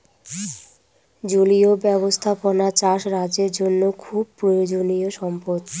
জলীয় ব্যাবস্থাপনা চাষ রাজ্যের জন্য খুব প্রয়োজনীয়ো সম্পদ